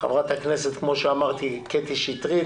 חברת הכנסת קטי שטרית,